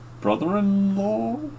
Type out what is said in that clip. brother-in-law